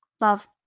Love